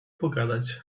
pogadać